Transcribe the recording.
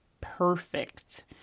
perfect